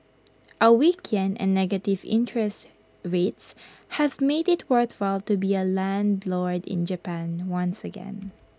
A weak Yen and negative interest rates have made IT worthwhile to be A landlord in Japan once again